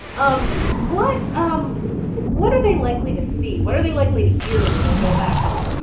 um what um what are they likely to see? what are they likely to hear when they go back home? well,